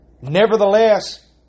Nevertheless